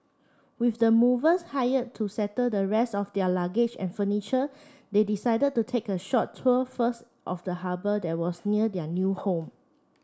with the movers hired to settle the rest of their luggage and furniture they decided to take a short tour first of the harbour that was near their new home